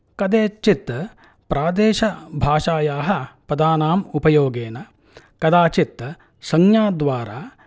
कदाचित् प्रादेशभाषायाः पदानाम् उपयोगेन कदाचित् संज्ञाद्वारा